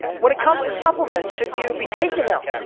when it comes to supplements, should you be taking them?